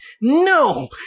no